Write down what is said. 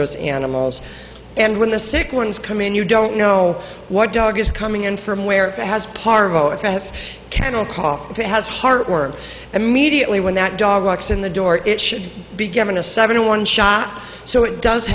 those animals and when the sick ones come in you don't know what dog is coming in from where it has parvo it has kennel cough it has heartworm immediately when that dog walks in the door it should be given a seven in one shot so it does